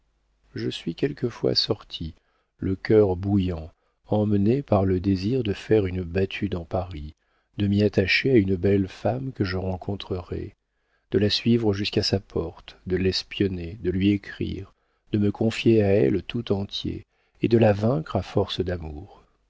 je suis quelquefois sorti le cœur bouillant emmené par le désir de faire une battue dans paris de m'y attacher à une belle femme que je rencontrerais de la suivre jusqu'à sa porte de l'espionner de lui écrire de me confier à elle tout entier et de la vaincre à force d'amour